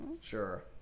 sure